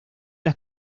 las